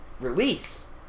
release